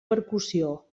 percussió